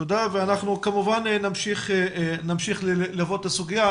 אנחנו כמובן נמשיך ללוות את הסוגיה,